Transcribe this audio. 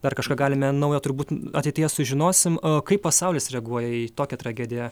dar kažką galime naujo turbūt ateityje sužinosim kaip pasaulis reaguoja į tokią tragediją